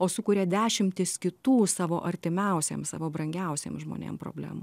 o sukuria dešimtis kitų savo artimiausiem savo brangiausiem žmonėm problemų